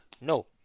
no